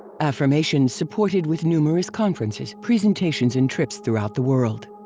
affirmations supported with numerous conferences, presentations and trips throughout the world.